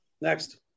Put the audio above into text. next